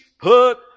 put